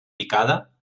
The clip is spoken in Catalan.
picada